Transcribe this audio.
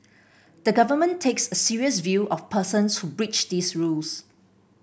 the government takes a serious view of persons who breach these rules